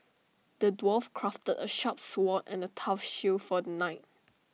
the dwarf crafted A sharp sword and A tough shield for the knight